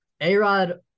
A-Rod